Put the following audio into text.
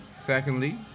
Secondly